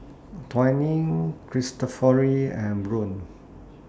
Twinings Cristofori and Braun